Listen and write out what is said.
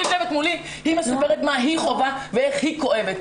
היא יושבת מולי והיא מספרת מה היא חווה ואיך היא כואבת.